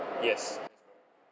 yes